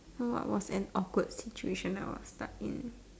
what was an awkward situation I was stuck in